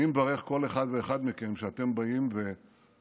אני מברך כל אחד ואחד מכם שאתם באים ומשתתפים